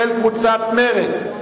של קבוצת מרצ.